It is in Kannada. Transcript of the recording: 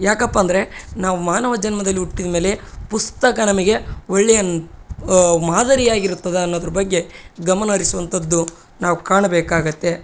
ಯಾಕಪ್ಪ ಅಂದರೆ ನಾವು ಮಾನವ ಜನ್ಮದಲ್ಲಿ ಹುಟ್ಟಿದಮೇಲೆ ಪುಸ್ತಕ ನಮಗೆ ಒಳ್ಳೆಯ ಮಾದರಿಯಾಗಿರುತ್ತದೆ ಅನ್ನೋದ್ರ ಬಗ್ಗೆ ಗಮನ ಹರಿಸುವಂಥದ್ದು ನಾವು ಕಾಣಬೇಕಾಗುತ್ತೆ